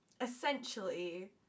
essentially